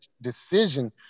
decision